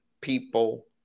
people